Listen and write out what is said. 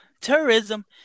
Terrorism